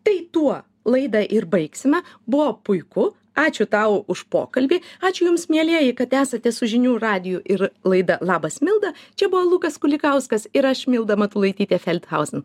tai tuo laidą ir baigsime buvo puiku ačiū tau už pokalbį ačiū jums mielieji kad esate su žinių radiju ir laida labas milda čia buvo lukas kulikauskas ir aš milda matulaitytė feldhausen